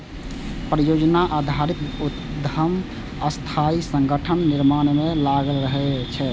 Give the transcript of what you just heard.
परियोजना आधारित उद्यम अस्थायी संगठनक निर्माण मे लागल रहै छै